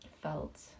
felt